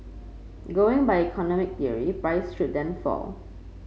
going by economic theory price should then fall